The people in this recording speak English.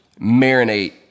marinate